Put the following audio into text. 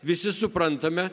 visi suprantame